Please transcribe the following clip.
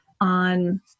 on